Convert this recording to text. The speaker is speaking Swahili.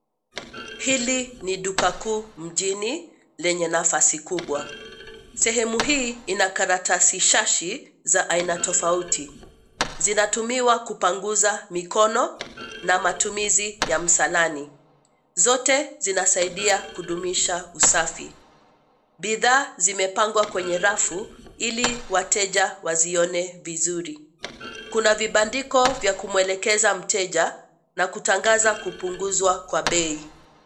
Hili ni duka kuu mjini lenye nafasi kubwa, sehemu hii ina karatasi shashi za aina tofauti. Zinatumiwa kupanguza mikono na matumizi ya msalani. Zote zinasaidia kudumisha usafi. Bidhaa zimepangwa kwenye rafu ili wateja wazione vizuri. Kuna vibandiko vya kumwelekeza mteja na kutangaza kupunguzwa kwa bei.